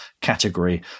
category